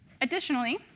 Additionally